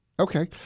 Okay